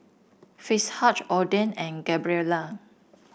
Fitzhugh Ogden and Gabriela